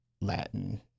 Latin